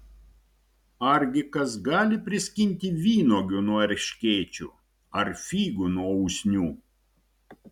argi kas gali priskinti vynuogių nuo erškėčių ar figų nuo usnių